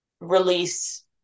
release